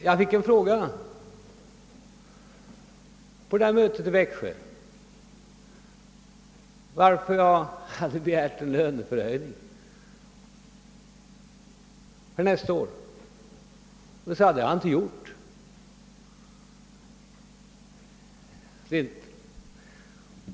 På mötet i Växjö fick jag frågan varför jag hade begärt en löneförhöjning för nästa år. Jag sade att det hade jag inte gjort.